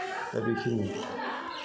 दा बेखिनि